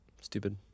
Stupid